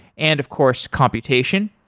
and of course, computation.